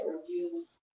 reviews